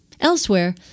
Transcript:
Elsewhere